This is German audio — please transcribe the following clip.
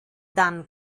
dann